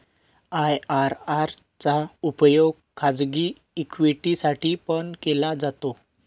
IRR चा उपयोग खाजगी इक्विटी साठी पण केला जातो